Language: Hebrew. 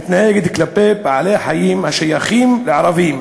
מתנהגת כלפי בעלי-חיים השייכים לערבים.